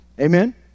Amen